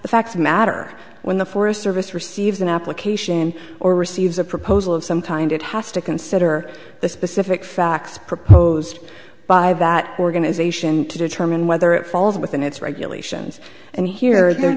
facts matter when the forest service receives an application or receives a proposal of some time it has to consider the specific facts proposed by that organization to determine whether it falls within its regulations and here or there